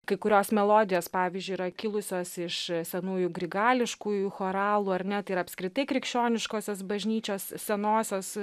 kai kurios melodijos pavyzdžiui yra kilusios iš senųjų grigališkųjų choralų ar net ir apskritai krikščioniškosios bažnyčios senosios